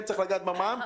שכן צריך לגעת במע"מ,